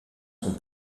son